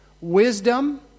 wisdom